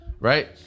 Right